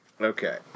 Okay